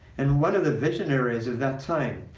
and one of the visionaries of that time,